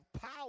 power